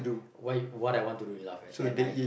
why what I want to do in life right now at night